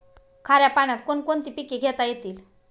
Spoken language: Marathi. खाऱ्या पाण्यात कोण कोणती पिके घेता येतील?